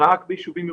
רק ביישובים ירוקים.